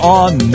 on